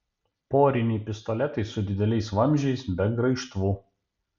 poriniai pistoletai su dideliais vamzdžiais be graižtvų